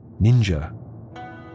ninja